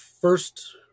first